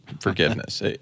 forgiveness